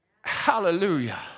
hallelujah